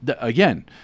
again